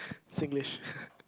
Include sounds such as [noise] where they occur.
Singlish [breath]